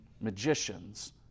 magicians